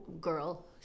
girl